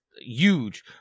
huge